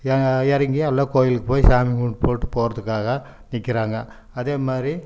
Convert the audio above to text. அங்க இறங்கி எல்லா கோயிலுக்கும் போய் சாமி கும்பிட்டுப்போட்டு போகிறதுக்காக நிற்கிறாங்க அதே மாதிரி